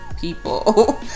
people